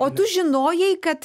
o tu žinojai kad